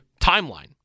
timeline